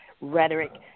rhetoric